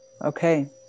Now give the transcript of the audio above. Okay